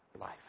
life